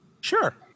Sure